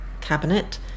cabinet